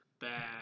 bad